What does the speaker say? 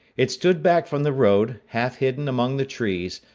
it stood back from the road, half hidden among the trees,